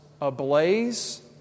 ablaze